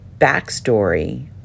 backstory